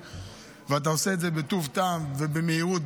ואתה עושה את זה בטוב טעם ובמהירות,